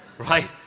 right